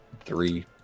three